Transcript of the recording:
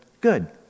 good